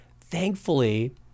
thankfully